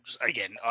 again